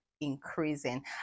increasing